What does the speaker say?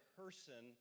person